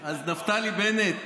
אז, נפתלי בנט,